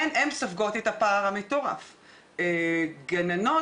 הנחות עבודה שיצרו איזה מודל תקצוב של גן ילדים.